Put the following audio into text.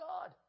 God